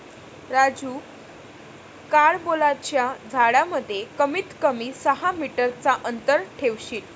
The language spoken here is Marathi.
राजू कारंबोलाच्या झाडांमध्ये कमीत कमी सहा मीटर चा अंतर ठेवशील